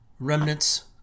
Remnants